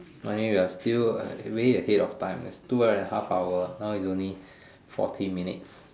anyway we're still way ahead of time it's two and a half hours now is only forty minutes